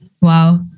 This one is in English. Wow